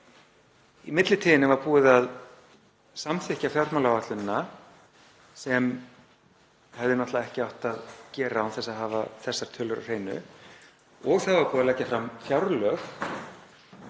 Í millitíðinni var búið að samþykkja fjármálaáætlunina sem hefði náttúrlega ekki átt að gera án þess að hafa þessar tölur á hreinu og það var búið að leggja fram